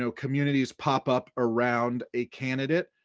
so communities pop up around a candidate.